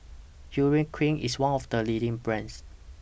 Urea Cream IS one of The leading brands